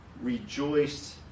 rejoiced